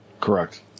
Correct